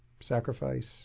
sacrifice